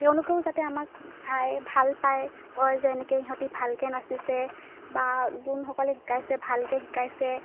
তেওঁলোকেও যাতে আমাক চায় ভাল পায় কয় যে এনেকৈ ইহঁতি ভালকৈ নাচিছে বা যোনসকলে শিকাইছে ভালকৈ শিকাইছে